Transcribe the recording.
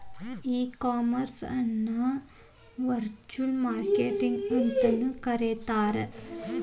ಈ ಕಾಮರ್ಸ್ ಅನ್ನ virtual marketing ಅಂತನು ಕರೇತಾರ